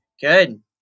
Good